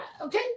okay